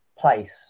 place